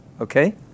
okay